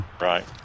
Right